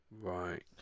Right